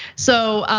so.